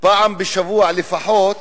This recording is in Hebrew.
פעם בשבוע לפחות,